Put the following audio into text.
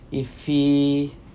if he